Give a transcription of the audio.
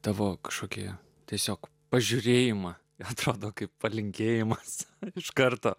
tavo šokėjo tiesiog pažiūrėjimą atrodo kaip palinkėjimas iš karto